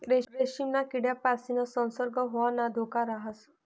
रेशीमना किडापासीन संसर्ग होवाना धोका राहस